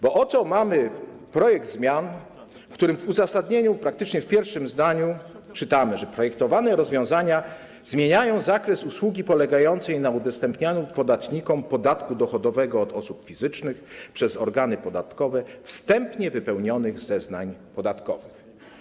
Bo oto mamy projekt zmian, w których uzasadnieniu praktycznie w pierwszym zdaniu czytamy, że projektowane rozwiązania zmieniają zakres usługi polegającej na udostępnianiu podatnikom podatku dochodowego od osób fizycznych przez organy podatkowe wstępnie wypełnionych zeznań podatkowych.